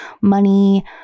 money